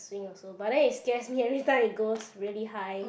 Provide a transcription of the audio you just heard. swing also but then it scares me every time it goes really high